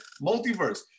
Multiverse